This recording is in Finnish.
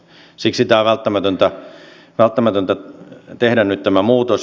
siksi on välttämätöntä tehdä nyt tämä muutos